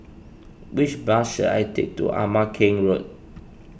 which bus should I take to Ama Keng Road